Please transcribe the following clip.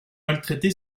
maltraité